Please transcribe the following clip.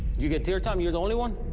you get tier time, you're the only one?